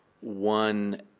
one